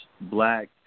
black